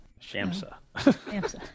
Shamsa